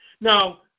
Now